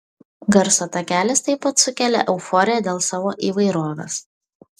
garso takelis taip pat sukelia euforiją dėl savo įvairovės